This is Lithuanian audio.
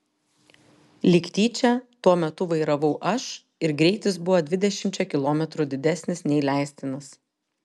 lyg tyčia tuo metu vairavau aš ir greitis buvo dvidešimčia kilometrų didesnis nei leistinas